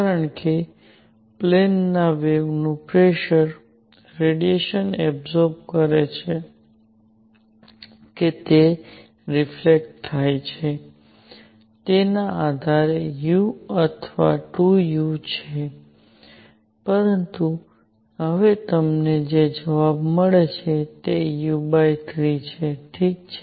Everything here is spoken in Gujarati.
કારણ કે પ્લેનના વેવનું પ્રેસર રેડિયેશન એબ્સૉર્બ કરે છે કે તે રિફલેક્ટ થાય છે તેના આધારે u અથવા 2u છે પરંતુ હવે તમને જે જવાબ મળે છે તે u3 છે ઠીક છે